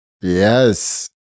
Yes